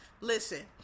listen